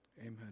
Amen